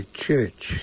church